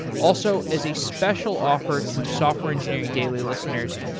also, as a special offer to software engineering daily listeners,